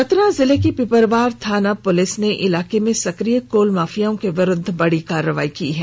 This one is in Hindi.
चतरा जिले की पिपरवार थाना पुलिस ने इलाके में सक्रिय कोल माफियाओं के विरुद्व बड़ी कार्रवाई की है